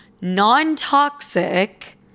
non-toxic